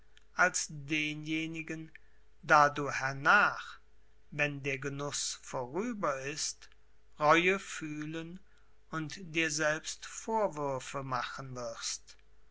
als denjenigen da du hernach wenn der genuß vorüber ist reue fühlen und dir selbst vorwürfe machen wirst